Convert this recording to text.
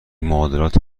معادلات